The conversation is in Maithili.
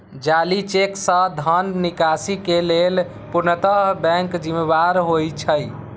जाली चेक सं धन निकासी के लेल पूर्णतः बैंक जिम्मेदार होइ छै